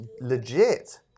legit